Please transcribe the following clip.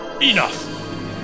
Enough